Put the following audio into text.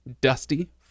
Dusty